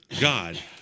God